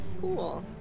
Cool